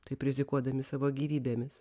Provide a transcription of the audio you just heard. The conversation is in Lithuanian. taip rizikuodami savo gyvybėmis